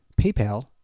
PayPal